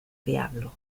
diablo